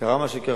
קרה מה שקרה,